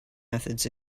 methods